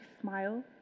smile